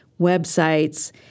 websites